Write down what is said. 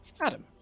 Adam